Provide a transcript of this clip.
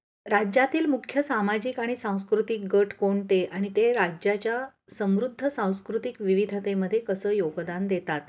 राज्यातील मुख्य सामाजिक आणि सांस्कृतिक गट कोणते आणि ते राज्याच्या समृद्ध सांस्कृतिक विविधतेमध्ये कसं योगदान देतात